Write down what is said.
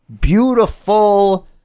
beautiful